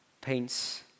paints